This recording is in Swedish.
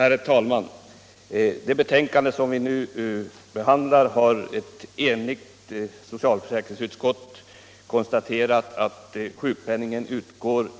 Rätt till sjukersätt Herr talman!